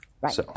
Right